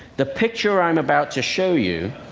the picture i'm about to show you